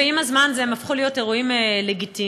ועם הזמן הם הפכו להיות אירועים לגיטימיים.